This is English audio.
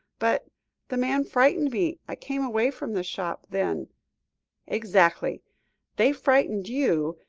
but the man frightened me. i came away from the shop, then exactly they frightened you,